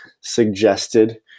suggested